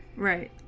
right